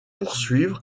poursuivre